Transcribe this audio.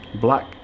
Black